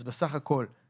שום מחלה אחרת